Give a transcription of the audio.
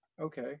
okay